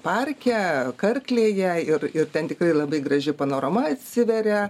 parke karklėje ir ir ten tikrai labai graži panorama atsiveria